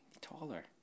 taller